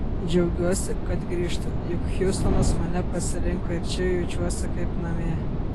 džiaugiuosi kad grįžtu juk hjustonas mane pasirinko ir čia jaučiuosi kaip namie